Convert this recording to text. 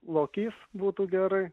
lokys būtų gerai